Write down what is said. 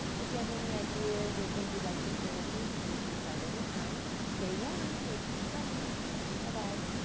if you have any ideas or things you'd like to share with me please reach out anytime stay warm winter's coming bye bye